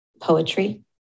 poetry